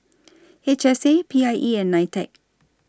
H S A P I E and NITEC